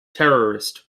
terrorist